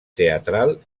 teatral